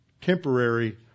temporary